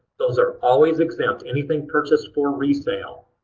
those are always exempt, anything purchased for resale.